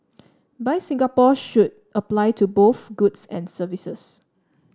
buy Singapore should apply to both goods and services